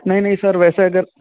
नहीं नहीं सर वैसे अगर